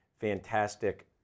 fantastic